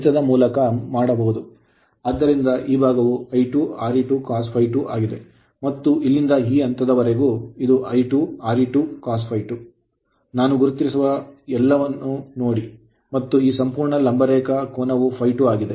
ಆದ್ದರಿಂದ ಈ ಭಾಗವು I2 Re2 cos ∅2 ಆಗಿದೆ ಮತ್ತು ಇಲ್ಲಿಂದ ಈ ಹಂತದವರೆಗೆ ಇದು I2 Re2 cos ∅2 ನಾನು ಗುರುತಿಸಿರುವ ಎಲ್ಲವನ್ನೂ ನೋಡಿ ಮತ್ತು ಈ ಸಂಪೂರ್ಣ ಲಂಬರೇಖೆ ಕೋನವು ∅2 ಆಗಿದೆ